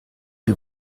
die